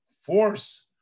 force